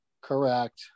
correct